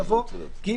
יבוא: "תיקון סעיף 22י (ג)